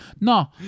no